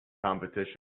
competition